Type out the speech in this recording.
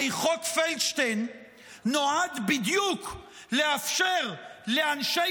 הרי חוק פלדשטיין נועד בדיוק לאפשר לאנשי